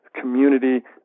community